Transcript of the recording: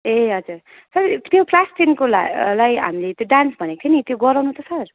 ए हजुर सर त्यो क्लास टेनको ला लाई हामीले त्यो डान्स भनेको थियो नि त्यो गराउनु त सर